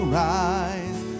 rise